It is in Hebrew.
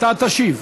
שאתה תשיב.